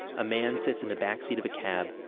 a man sits in the backseat of a cab,